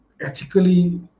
ethically